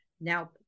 now